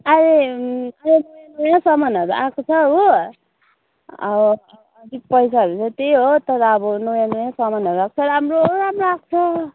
अहिले अहिले नयाँ नयाँ सामानहरू आएको छ हो अलिक पैसाहरू चाहिँ त्यही हो तर अब नयाँ नयाँ समानहरू आएको छ राम्रो राम्रो आएको छ